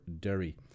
Derry